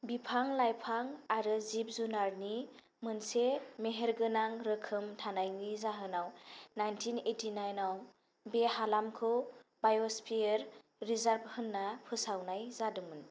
बिफां लाइफां आरो जिब जुनारनि मोनसे मेहेरगोनां रोखोम थानायनि जाहोनाव नाइनटिन ओइटि नाइनआव बे हालामखौ बाय'स्फीयेर रिजार्व होनना फोसावनाय जादोंमोन